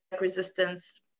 resistance